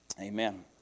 Amen